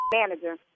manager